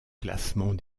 classement